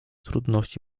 trudności